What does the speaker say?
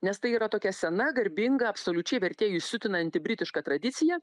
nes tai yra tokia sena garbinga absoliučiai vertėjus siutinanti britiška tradicija